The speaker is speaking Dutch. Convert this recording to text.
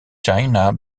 china